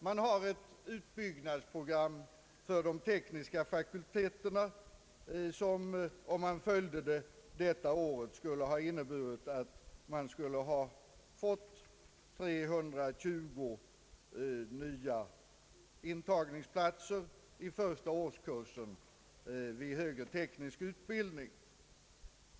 Det finns ett utbyggnadsprogram för de tekniska fakulteterna som, om man följde det i år, skulle ha inneburit 320 nya intagningsplatser i första årskur sen av högre teknisk utbildning.